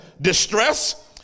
distress